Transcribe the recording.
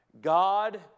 God